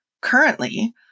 Currently